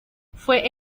fue